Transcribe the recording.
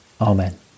Amen